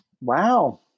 Wow